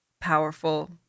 powerful